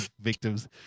victims